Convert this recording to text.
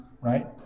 right